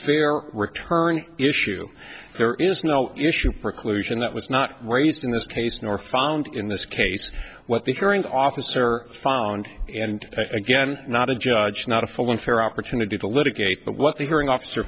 fair return issue there is no issue preclusion that was not raised in this case nor found in this case what the hearing officer found and again not a judge not a full winter opportunity to litigate but what the hearing officer